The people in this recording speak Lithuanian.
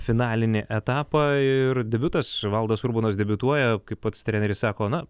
finalinį etapą ir debiutas valdas urbonas debiutuoja kaip pats treneris sako na